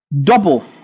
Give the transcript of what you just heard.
double